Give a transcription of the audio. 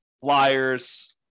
flyers